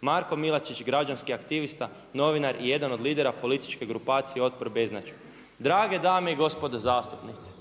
Marko Milačić, građanski aktivista novinar i jedan od lidera političke grupacije otpor beznađu. Drage dame i gospodo zastupnici,